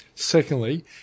Secondly